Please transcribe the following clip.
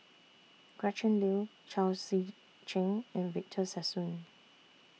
Gretchen Liu Chao Tzee Cheng and Victor Sassoon